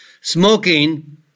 Smoking